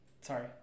Sorry